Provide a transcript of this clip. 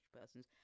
person's